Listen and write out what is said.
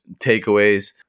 takeaways